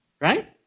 right